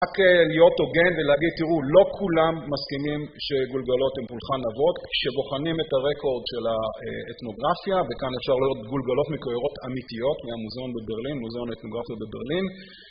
רק להיות הוגן ולהגיד, תראו, לא כולם מסכימים שגולגלות הן פולחן אבות, כשבוחנים את הרקורד של האתנוגרפיה, וכאן אפשר לראות גולגלות מכויירות אמיתיות מהמוזיאון בברלין, ממוזיאון האתנוגרפיה בברלין.